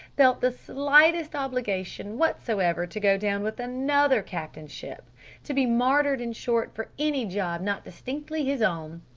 felt the slightest obligation whatsoever to go down with another captain's ship to be martyred in short for any job not distinctly his own.